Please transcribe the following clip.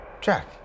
Jack